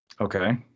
Okay